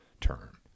term